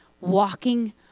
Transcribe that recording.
walking